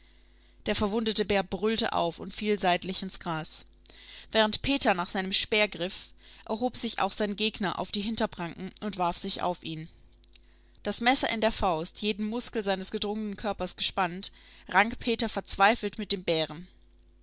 der verwundete bär brüllte auf und fiel seitlich ins gras während peter nach seinem speer griff erhob sich auch sein gegner auf die hinterpranken und warf sich auf ihn das messer in der faust jeden muskel seines gedrungenen körpers gespannt rang peter verzweifelt mit dem bären